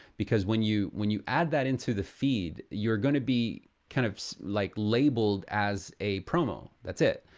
because when you when you add that into the feed, you're gonna be, kind of like labeled as a promo. that's it.